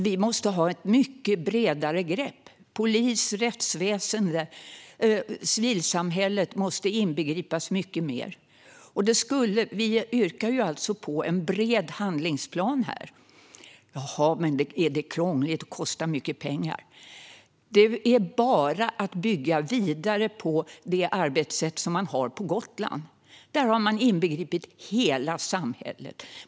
Man måste ta ett mycket bredare grepp. Polisen, rättsväsendet och civilsamhället måste involveras mycket mer. Vi yrkar alltså på en bred handlingsplan. Men är det krångligt, och kostar det mycket pengar? Det är bara att bygga vidare på det arbetssätt som man har på Gotland. Där har man involverat hela samhället.